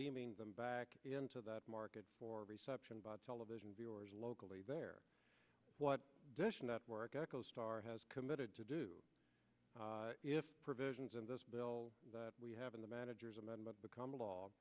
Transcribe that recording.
beaming them back into the market for reception by television viewers locally they're what dish network echo star has committed to do if provisions in this bill we have in the manager's amendment become law